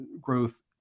growth